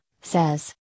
says